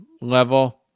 level